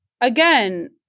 again